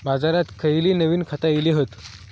बाजारात खयली नवीन खता इली हत?